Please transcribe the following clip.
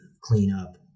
cleanup